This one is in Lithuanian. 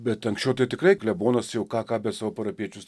bet anksčiau tai tikrai klebonas jau ką ką bet savo parapijiečius